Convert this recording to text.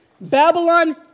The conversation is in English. Babylon